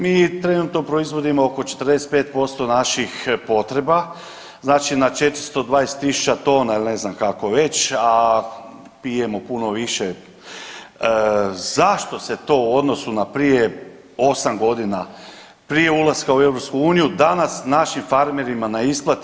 Mi trenutno proizvodimo oko 45% naših potreba, znači na 420 000 tona ili ne znam kako već, a pijemo puno više zašto se to u odnosu na prije osam godina prije ulaska u EU danas našim farmerima ne isplati.